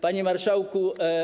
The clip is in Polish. Panie Marszałku!